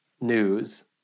news